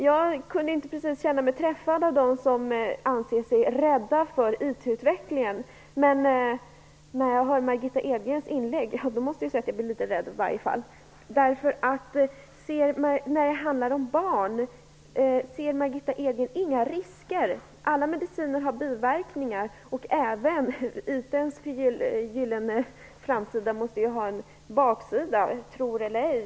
Jag kunde inte precis känna mig träffad av det där med att vara rädd för IT-utvecklingen. Men när jag hör Margitta Edgrens inlägg, då måste jag säga att jag i alla fall blir litet rädd. Ser Margitta Edgren inga risker när det handlar om barn? Alla mediciner har biverkningar, och även IT:s gyllene framsida måste ju ha en baksida, tro det eller ej.